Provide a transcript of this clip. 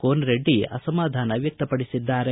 ಕೋನರಡ್ಡಿ ಅಸಮಾಧಾನ ವ್ಯಕ್ಷಪಡಿಸಿದ್ದಾರೆ